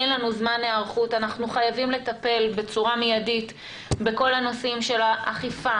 אין לנו זמן היערכות אנחנו חייבים לטפל בצורה מידית בכל נושא האכיפה,